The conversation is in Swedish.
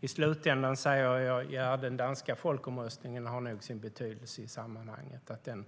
I slutändan har nog den danska folkomröstningen sin betydelse i sammanhanget. Den